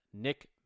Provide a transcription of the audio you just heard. Nick